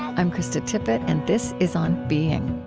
i'm krista tippett, and this is on being